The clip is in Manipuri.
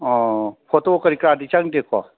ꯑꯣ ꯐꯣꯇꯣ ꯀꯔꯤ ꯀꯔꯥꯗꯤ ꯆꯪꯗꯦꯀꯣ